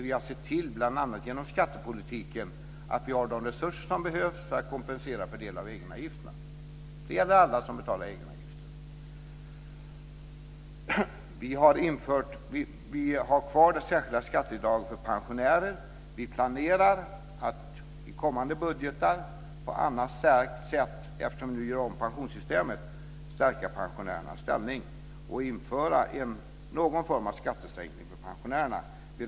Vi har bl.a. genom skattepolitiken sett till att vi har de resurser som behövs för att kompensera för del av egenavgifterna. Det gäller alla som betalar egenavgifter. Vi har kvar det särskilda skatteavdraget för pensionärer. Vi planerar att i kommande budgetar stärka pensionärernas ställning och införa någon form av skattesänkning för dem, eftersom vi nu gör om pensionssystemet.